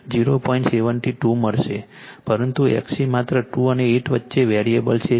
72 મળશે પરંતુ XC માત્ર 2 અને 8 Ω વચ્ચે વેરીએબલ છે